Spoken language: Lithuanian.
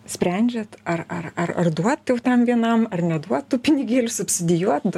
sprendžiat ar ar ar duot jau tam vienam ar neduot tų pinigėlių subsidijuot